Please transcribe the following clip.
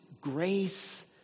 grace